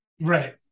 Right